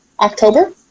October